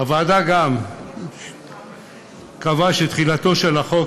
הוועדה גם קבעה שתחילתו של החוק